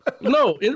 No